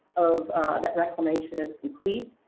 of that reclamation is complete.